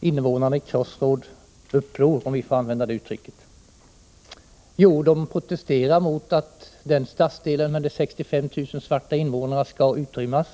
invånarna i Crossroads uppror, om jag får använda det uttrycket? Jo, de protesterar mot att den stadsdelen med 65 000 svarta invånare skall utrymmas.